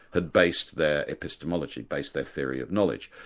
had based their epistemology, based their theory of knowledge.